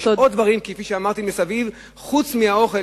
יש עוד דברים, כפי שאמרתי, מסביב, חוץ מהאוכל.